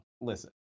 listen